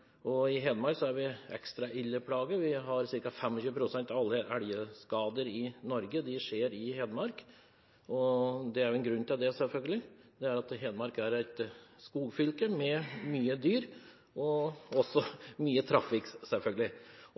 er en grunn til det, selvfølgelig: Hedmark er et skogfylke med mye dyr, og også mye trafikk.